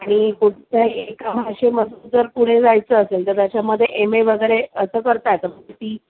आणि कुठच्याही एका भाषेमधून जर पुढे जायचं असेल तर त्याच्यामध्ये एम ए वगैरे असं करता येतं ती